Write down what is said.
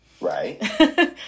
right